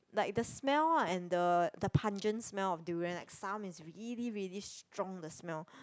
like the smell um and the the pungent smell of durian like some is really really strong the smell